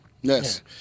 Yes